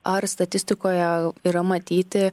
ar statistikoje yra matyti